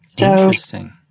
Interesting